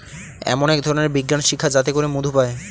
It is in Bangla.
এমন এক ধরনের বিজ্ঞান শিক্ষা যাতে করে মধু পায়